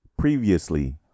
Previously